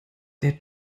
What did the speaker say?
der